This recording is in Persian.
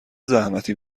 زحمتی